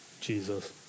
Jesus